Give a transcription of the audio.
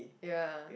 ya